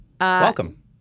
Welcome